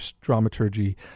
dramaturgy